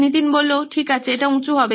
নীতিন ঠিক আছে এটা উঁচু হবে